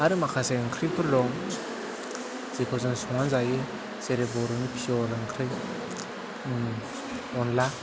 आरो माखासे ओंख्रिफोर दं जेखौ जों संनानै जायो जेरै बर'नि पियर ओंख्रि अनला